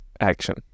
Action